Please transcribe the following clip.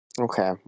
Okay